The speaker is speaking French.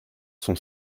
sont